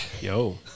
Yo